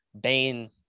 Bane